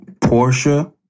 Portia